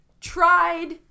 tried